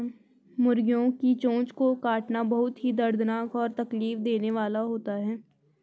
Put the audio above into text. मुर्गियों की चोंच को काटना बहुत ही दर्दनाक और तकलीफ देने वाला होता है